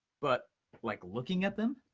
but like looking at them,